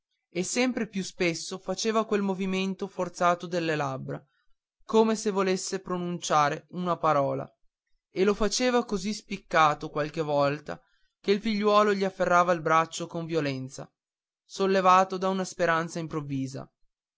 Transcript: e sempre più spesso faceva quel movimento forzato delle labbra come se volesse pronunciare una parola e lo faceva così spiccato qualche volta che il figliuolo gli afferrava il braccio con violenza sollevato da una speranza improvvisa